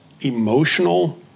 emotional